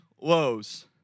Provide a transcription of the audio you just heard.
Lows